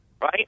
right